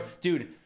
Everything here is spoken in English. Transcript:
Dude